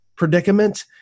Predicament